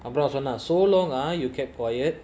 அப்டித்தான்சொன்னேன்:apdithan sonnen so long ah you kept quiet